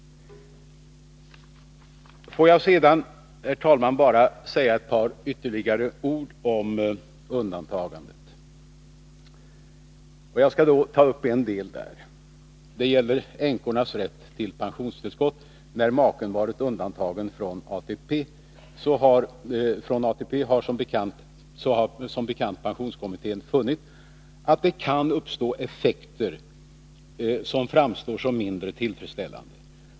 Låt mig, herr talman, säga ytterligare några ord om undantagandet. Jag skall då ta upp den del som gäller änkornas rätt till pensionstillskott. Pensionskommittén har som bekant funnit att när maken har varit undantagen från ATP, så kan det uppstå effekter som framstår som mindre tillfredsställande.